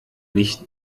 nicht